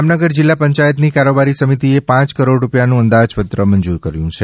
જામનગર જિલ્લા પંચાયતની કારોબારી સમિતિએ પાંચ કરોડ રૂપિયાનું અંદાજપત્ર મંજૂર કર્યું છે